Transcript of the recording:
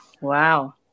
Wow